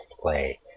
play